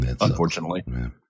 unfortunately